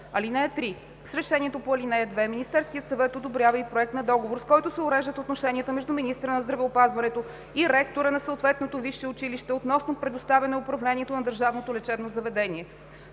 4 и 5: „(3) С решението по ал. 2 Министерският съвет одобрява и проект на договор, с който се уреждат отношенията между министъра на здравеопазването и ректора на съответното висше училище относно предоставяне управлението на държавното лечебно заведение.